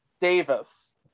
Davis